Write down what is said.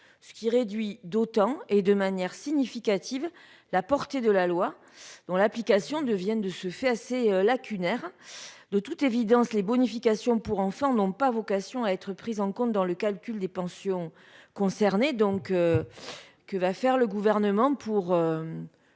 ce qui réduit d'autant et de manière significative la portée de la loi, dont l'application devient de ce fait assez lacunaire. De toute évidence, les bonifications pour enfants n'ont pas vocation à être prises en compte dans le calcul des pensions concernées. Que compte donc faire le Gouvernement pour